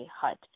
hut